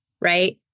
right